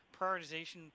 Prioritization